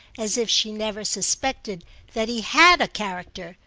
as if she never suspected that he had a character,